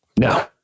No